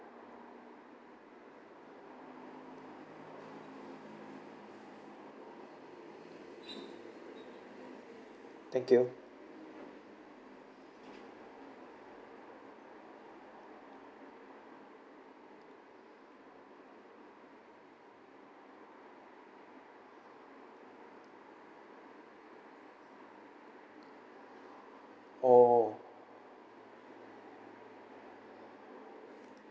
thank you oh